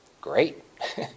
great